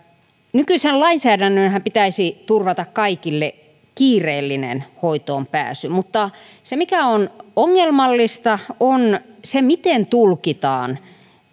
nykyisen lainsäädännönhän pitäisi turvata kaikille kiireellinen hoitoonpääsy mutta se mikä on ongelmallista on se miten tulkitaan